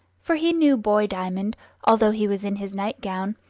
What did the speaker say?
for he knew boy diamond although he was in his night-gown,